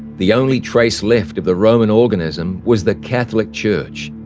the only trace left of the roman organism was the catholic church,